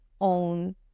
own